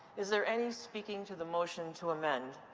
is there any speaking to the motion to amend?